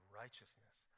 righteousness